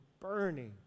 burning